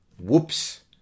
Whoops